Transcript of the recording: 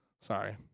Sorry